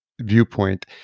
viewpoint